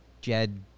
Jed